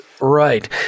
right